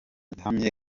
gihamye